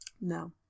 No